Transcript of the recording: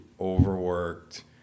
overworked